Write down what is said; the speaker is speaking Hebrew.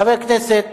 חבר הכנסת